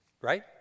Right